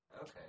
Okay